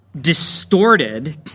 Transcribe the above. distorted